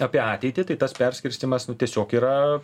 apie ateitį tai tas perskirstymas nu tiesiog yra